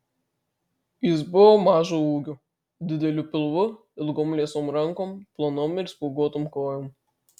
jis buvo mažo ūgio dideliu pilvu ilgom liesom rankom plonom ir spuoguotom kojom